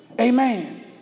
Amen